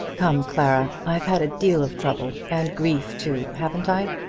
come, clara i've had a deal of trouble and grief too haven't i?